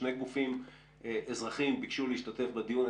שני גופים אזרחיים ביקשו להשתתף בדיון,